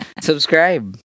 Subscribe